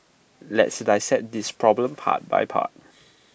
let's dissect this problem part by part